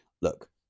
look